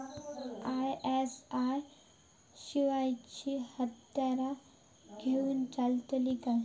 ISI शिवायची हत्यारा घेऊन चलतीत काय?